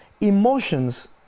emotions